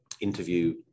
interview